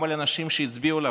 גם על האנשים שהצביעו לה.